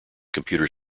computer